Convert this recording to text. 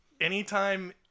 anytime